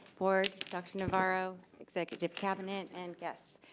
board, dr. navarro, executive cabinet and guests.